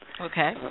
Okay